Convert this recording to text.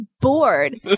bored